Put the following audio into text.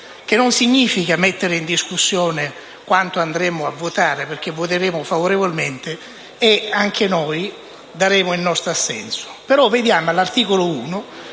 che non significa mettere in discussione quanto andremo a votare, perché voteremo favorevolmente e, anche noi, daremo il nostro assenso. Nell'articolo 1